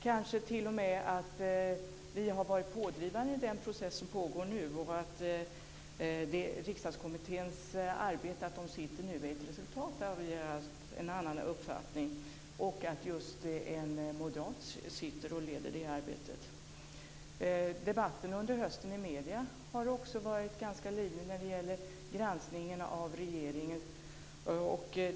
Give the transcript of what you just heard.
Kanske har vi t.o.m. varit pådrivande i den process som pågår nu. Riksdagskommitténs pågående arbete och det faktum att just en moderat leder detta arbete kanske är ett resultat av att vi har haft en annan uppfattning. Debatten under hösten i medierna har också varit ganska livlig när det gäller granskningen av regeringen.